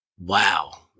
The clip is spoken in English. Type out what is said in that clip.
Wow